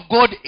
God